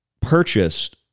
purchased